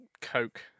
Coke